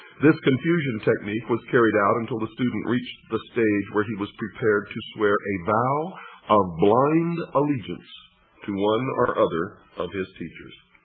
this confusion technique was carried out until the student reached the stage where he was prepared to swear a vow of blind allegiance to one or other of his teachers.